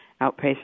outpatient